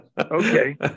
Okay